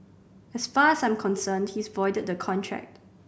as far as I'm concerned he's voided the contract